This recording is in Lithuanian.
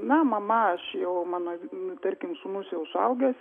na mama aš jau mano tarkim sūnus jau suaugęs